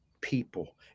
people